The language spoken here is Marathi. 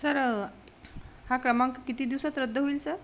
सर हा क्रमांक किती दिवसात रद्द होईल सर